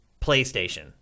PlayStation